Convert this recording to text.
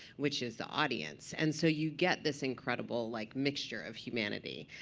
which is the audience. and so you get this incredible like mixture of humanity.